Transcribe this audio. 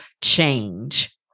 change